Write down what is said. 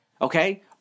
okay